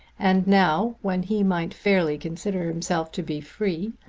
and now when he might fairly consider himself to be free,